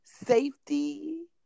Safety